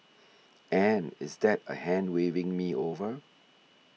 and is that a hand waving me over